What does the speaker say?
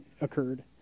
occurred